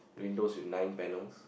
windows with nine panels